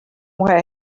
where